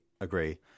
agree